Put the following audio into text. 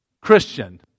Christian